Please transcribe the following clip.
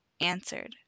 answered